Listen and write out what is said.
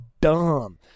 dumb